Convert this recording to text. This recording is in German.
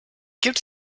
gibt